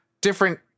different